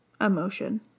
emotion